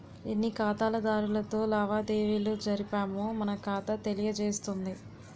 ఎన్ని ఖాతాదారులతో లావాదేవీలు జరిపామో మన ఖాతా తెలియజేస్తుంది